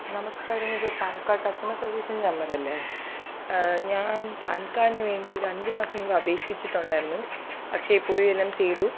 നമസ്കാരം ഇത് PAN card customer സർവിസിൻ്റെ നമ്പറ് അല്ലേ ഞാൻ പാൻ കാർഡിന് വേണ്ടി ഒരു അഞ്ച് മാസം മുമ്പ് അപേക്ഷിച്ചിട്ടുണ്ടായിരുന്നു അക്ഷയയിൽ പോയി എല്ലാം ചെയ്തു